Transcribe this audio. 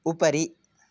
उपरि